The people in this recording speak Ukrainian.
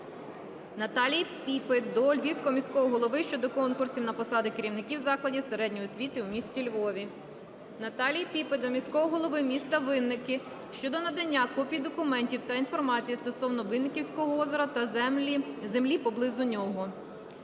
Наталії Піпи до Львівського міського голови щодо конкурсів на посади керівників закладів середньої освіти у місті Львові. Наталії Піпи до міського голови міста Винники щодо надання копій документів та інформації стосовно Винниківського озера та землі поблизу нього.